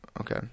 Okay